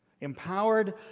empowered